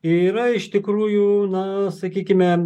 yra iš tikrųjų na sakykime